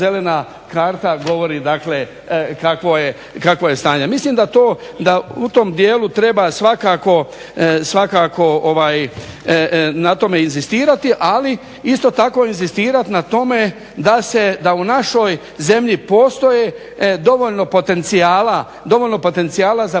zelena karta govori dakle kakvo je stanje. Mislim da u tom dijelu treba svakako na tome inzistirati, ali isto tako inzistirati na tome da u našoj zemlji postoji dovoljno potencijala za